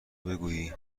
بگویی